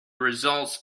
results